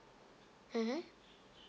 mmhmm